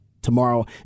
Tomorrow